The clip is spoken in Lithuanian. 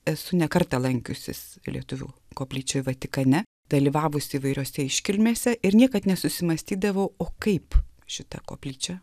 esu ne kartą lankiusis lietuvių koplyčioje vatikane dalyvavusi įvairiose iškilmėse ir niekad nesusimąstydavau o kaip šita koplyčia